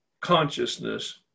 consciousness